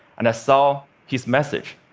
and i saw his message.